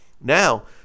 Now